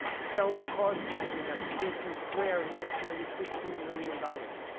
sells a kaws painting that's three feet square, and it makes nearly fifteen million dollars.